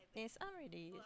and it's up already